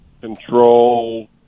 control